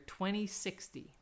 2060